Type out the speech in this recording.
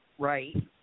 Right